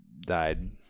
died